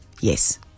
Yes